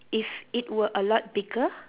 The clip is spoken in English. if it were a lot bigger